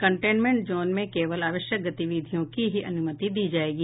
containment zone में केवल आवश्यक गतिविधियों की ही अनुमति दी जाएगी